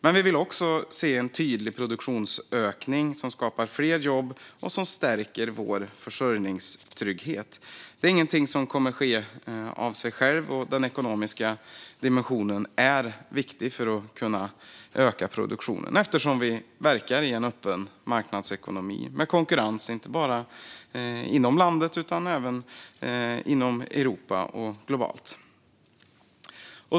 Men vi vill också se en tydlig produktionsökning som skapar fler jobb och stärker vår försörjningstrygghet. Det är ingenting som kommer att ske av sig självt, och den ekonomiska dimensionen är viktig för att vi ska kunna öka produktionen eftersom vi verkar i en öppen marknadsekonomi med konkurrens inte bara inom landet utan även inom Europa och globalt.